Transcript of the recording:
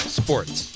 sports